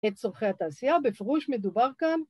‫את צורכי התעשייה בפירוש מדובר כאן.